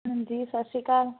ਹਾਂਜੀ ਸਤਿ ਸ਼੍ਰੀ ਅਕਾਲ